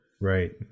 Right